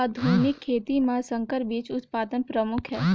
आधुनिक खेती म संकर बीज उत्पादन प्रमुख हे